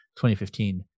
2015